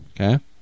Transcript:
Okay